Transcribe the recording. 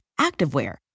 activewear